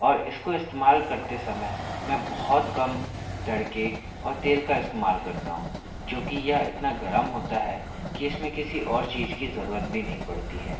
और इसको इस्तेमाल करते समय मैं बहुत कम तड़के और तेल का इस्तेमाल करता हूँ क्योंकि यह इतना गर्म होता है कि इसमें किसी और चीज की जरूरत भी नहीं पड़ती है